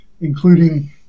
including